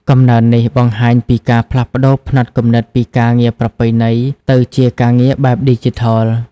កំណើននេះបង្ហាញពីការផ្លាស់ប្តូរផ្នត់គំនិតពីការងារប្រពៃណីទៅជាការងារបែបឌីជីថល។